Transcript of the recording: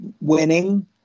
winning